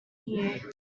here